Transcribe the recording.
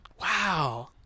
Wow